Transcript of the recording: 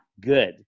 good